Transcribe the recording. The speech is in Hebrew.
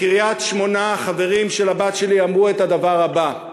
בקריית-שמונה החברים של הבת שלי אמרו את הדבר הבא: